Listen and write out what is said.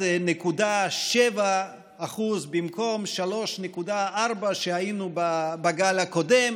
ב-1.7% במקום 3.4% שהיינו בגל הקודם,